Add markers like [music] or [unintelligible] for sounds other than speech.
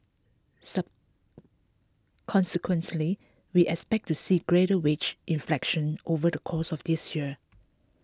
[unintelligible] consequently we expect to see greater wage inflation over the course of this year